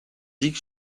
dick